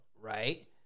Right